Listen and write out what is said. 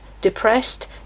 depressed